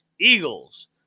Eagles